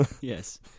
Yes